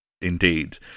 Indeed